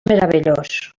meravellós